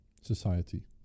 Society